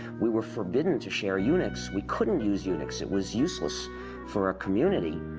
we were forbidden to share unix, we couldn't use unix. it was useless for a community.